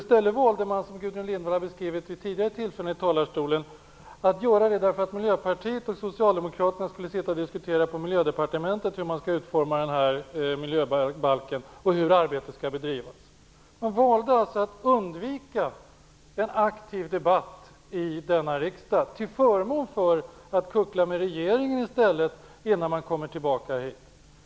Som Gudrun Lindvall har beskrivit vid tidigare tillfällen i talarstolen, valde man att göra det därför att Miljöpartiet och Socialdemokraterna ville sitta och diskutera på Miljödepartementet hur man skall utforma den här miljöbalken och hur arbetet skall bedrivas. Man valde alltså att undvika en aktiv debatt i riksdagen till förmån för att kuckla med regeringen innan man kommer tillbaka hit.